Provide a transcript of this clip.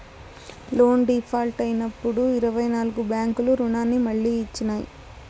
loan default అయినప్పుడు ఇరవై నాల్గు బ్యాంకులు రుణాన్ని మళ్లీ ఇచ్చినాయి